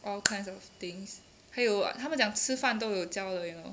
all kinds of things 还有他们讲吃饭都有教的 you know